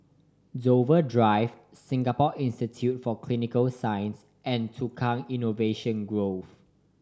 Dover Drive Singapore Institute for Clinical Sciences and Tukang Innovation Grove